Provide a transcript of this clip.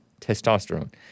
testosterone